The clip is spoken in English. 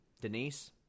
Denise